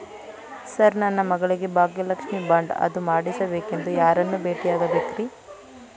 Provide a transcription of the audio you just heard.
Sir ನನ್ನ ಮಗಳಿಗೆ Bhagyalakshmi bond ಅದು ಮಾಡಿಸಬೇಕೆಂದು ಯಾರನ್ನ ಭೇಟಿಯಾಗಬೇಕ್ರಿ?